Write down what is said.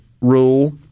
rule